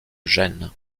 gènes